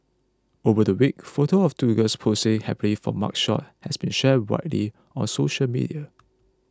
over the weekend photographs of two girls posing happily for mugshots has been shared widely on social media